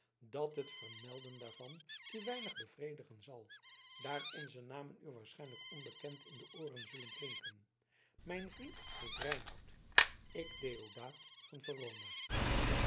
dat het vermelden daarvan u weinig bevredigen zal daar onze namen u waarschijnlijk onbekend in de ooren zullen klinken mijn vriend heet reinout ik deodaat van verona